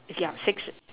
okay yeah six